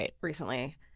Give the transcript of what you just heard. recently